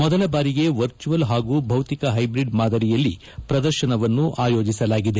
ಮೊದಲ ಬಾರಿಗೆ ವರ್ಚುವಲ್ ಹಾಗೂ ಭೌತಿಕ ಹೈಬ್ರಿಡ್ ಮಾದರಿಯಲ್ಲಿ ಪ್ರದರ್ಶನವನ್ನು ಆಯೋಜಿಸಲಾಗಿದೆ